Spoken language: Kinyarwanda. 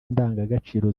indangagaciro